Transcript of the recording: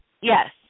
Yes